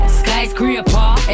skyscraper